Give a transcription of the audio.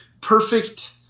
perfect